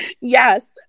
Yes